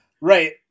Right